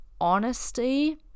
honesty